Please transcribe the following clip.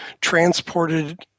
transported